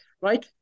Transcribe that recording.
Right